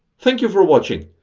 thank you for watching!